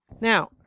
Now